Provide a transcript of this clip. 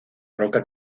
roca